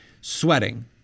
sweating